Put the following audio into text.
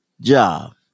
job